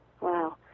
Wow